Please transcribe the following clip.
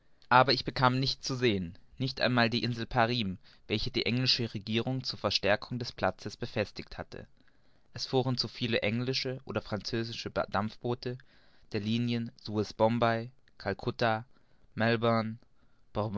aber ich bekam nichts zu sehen nicht einmal die insel parim welche die englische regierung zur verstärkung des platzes befestigt hat es fuhren zu viele englische oder französische dampfboote der